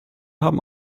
haben